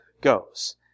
goes